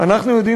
אז אני רוצה,